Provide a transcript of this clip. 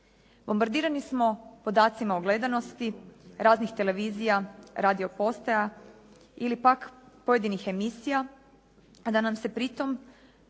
Bombardirani smo podacima o gledanosti raznih televizija, radio postaja ili pak pojedinih emisija a da nam se pri tom